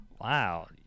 Wow